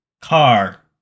car